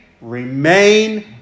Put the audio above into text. remain